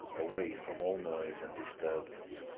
away from all noise and disturbance.